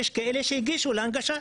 יש כאלה שהגישו להנגשה,